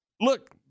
look